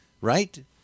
right